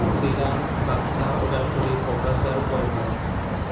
Chirang Baksa Udalguri Kokrajhar Goalpara